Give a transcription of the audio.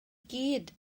gyd